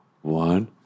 One